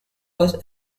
was